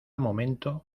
momento